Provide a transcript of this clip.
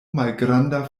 malgranda